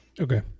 Okay